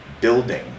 building